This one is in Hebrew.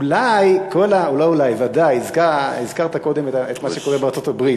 אולי או ודאי הזכרת קודם מה שקורה בארצות-הברית.